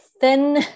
thin